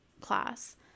class